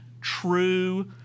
true